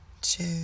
two